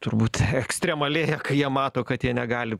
turbūt ekstremalėja kai jie mato kad jie negali